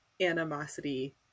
animosity